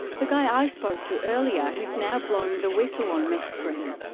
the guy i spoke to earlier who is now blowing the whistle on meth screen.